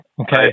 Okay